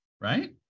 right